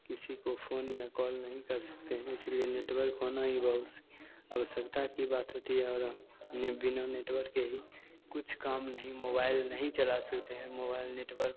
किसी को फ़ोन या कॉल नहीं कर सकते हैं इसलिए नेटवर्क होना ही बहुत आवश्यकता की बात होती है और हम ने बिना नेटवर्क के ही कुछ काम नहीं मोबाइल नहीं चला सकते हैं मोबाइल नेटवर्क